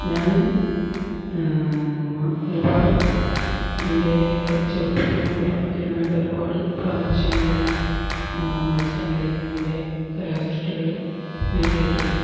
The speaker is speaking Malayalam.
ഞാൻ ഒരുപാട് എൻ്റെ ചെറുപ്പത്തിലും വലിപ്പത്തിലുമായിട്ട് ഒരുപാടു പ്രദർശനങ്ങളിലും മത്സരങ്ങളിലും എൻ്റെ കലാ സൃഷ്ടികള് നൽകിയിട്ടുണ്ട്